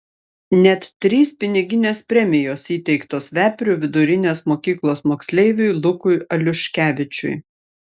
net trys piniginės premijos įteiktos veprių vidurinės mokyklos moksleiviui lukui aliuškevičiui